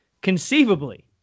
conceivably